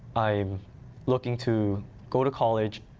i'm looking to go to college,